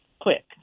quick